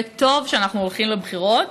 וטוב שאנחנו הולכים לבחירות.